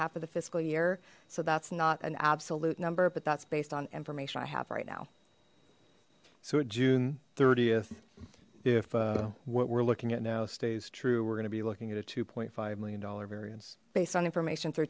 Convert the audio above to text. half of the fiscal year so that's not an absolute number but that's based on information i have right now so at june th if what we're looking at now stays true we're going to be looking at a two five million dollar variance based on information through